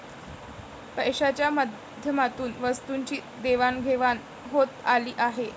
पैशाच्या माध्यमातून वस्तूंची देवाणघेवाण होत आली आहे